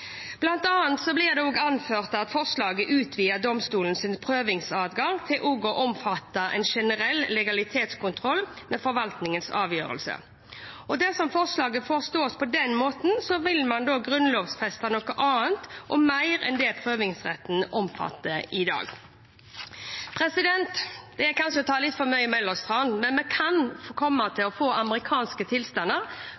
Det blir bl.a. anført at forslaget utvider domstolens prøvingsadgang til også å omfatte en generell legalitetskontroll med forvaltningens avgjørelse. Dersom forslaget forstås på den måten, vil man da grunnlovfeste noe annet og mer enn det prøvingsretten omfatter i dag. Det er kanskje å ta litt for mye Möller’s Tran, men vi kan komme til